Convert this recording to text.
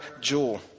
jewel